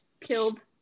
killed